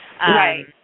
Right